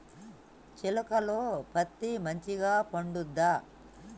చేలుక లో పత్తి మంచిగా పండుద్దా?